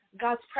God's